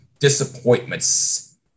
disappointments